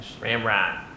Ramrod